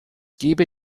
gebe